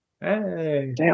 Hey